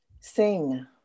Sing